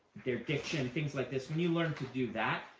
their diction, things like this. when you learn to do that,